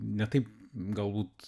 ne taip galbūt